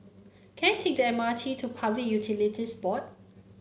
can I take the M R T to Public Utilities Board